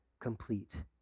complete